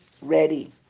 ready